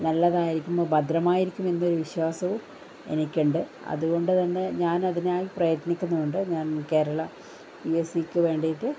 നല്ലതായിരിക്കും ഭദ്രമായിരിക്കും എന്നൊരു വിശ്വാസവും എനിക്കുണ്ട് അതുകൊണ്ടു തന്നെ ഞാനതിനായി പ്രയത്നിക്കുന്നുമുണ്ട് ഞാൻ കേരള പി എസ്സിക്കു വേണ്ടിയിട്ട്